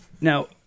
Now